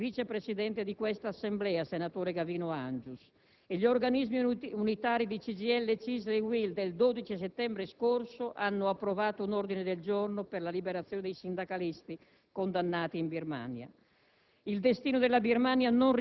Era presente, tra gli altri, il Vice presidente di quest'Assemblea, senatore Gavino Angius. Inoltre, gli organismi unitari di CGIL, CISL e UIL del 12 settembre scorso hanno approvato un ordine del giorno per la liberazione dei sindacalisti condannati in Birmania.